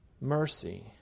mercy